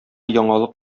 яңалык